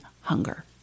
hunger